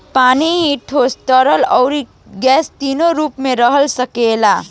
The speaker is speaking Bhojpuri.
पानी ही ठोस, तरल, अउरी गैस तीनो रूप में रह सकेला